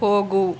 ಹೋಗು